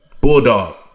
bulldog